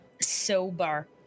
sober